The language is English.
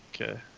Okay